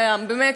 באמת,